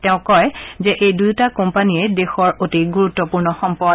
তেওঁ কয় যে এই দুয়োটা কোম্পানীয়ে দেশৰ অতি গুৰুত্বপূৰ্ণ সম্পদ